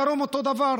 בדרום, אותו דבר.